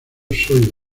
soy